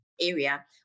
area